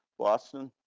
boston,